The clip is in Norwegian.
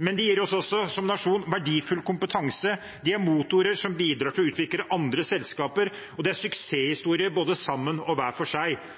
Men de gir oss også som nasjon verdifull kompetanse. De er motorer som bidrar til å utvikle andre selskaper, og de er suksesshistorier både sammen og hver for seg.